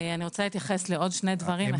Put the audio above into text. אני רוצה להתייחס לעוד שני דברים.